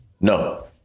No